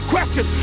question